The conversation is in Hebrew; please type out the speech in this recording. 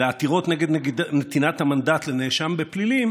לעתירות נגד נתינת המנדט לנאשם בפלילים